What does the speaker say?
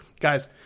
guys